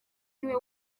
niwe